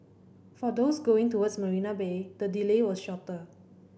for those going towards Marina Bay the delay was shorter